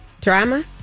Drama